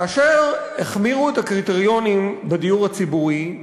כאשר החמירו את הקריטריונים בדיור הציבורי,